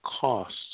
costs